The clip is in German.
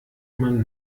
man